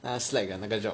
那个 slack 的那个 job